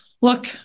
look